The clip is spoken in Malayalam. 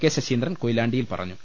കെ ശശീന്ദ്രൻ കൊയിലാണ്ടിയിൽ പറഞ്ഞു